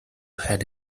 had